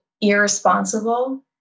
irresponsible